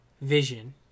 Vision